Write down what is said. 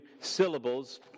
syllables